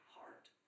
heart